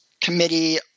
committee